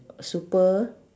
super